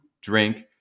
drink